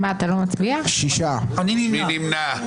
מי נמנע?